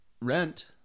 Rent